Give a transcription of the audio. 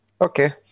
okay